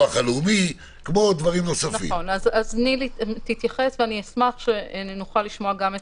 הפרשנות, ונילי תוכל לחזור עליה אם צריך.